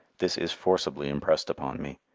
this is forcibly impressed upon me.